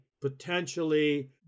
potentially